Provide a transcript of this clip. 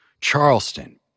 Charleston